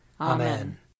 Amen